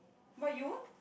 but you won't